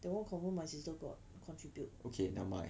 that [one] confirm my sister got contribute